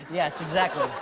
yes, exactly.